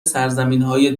سرزمینای